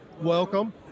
welcome